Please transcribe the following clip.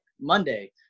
Monday